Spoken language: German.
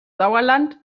sauerland